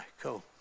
Cool